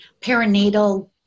perinatal